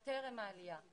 או טרם העלייה.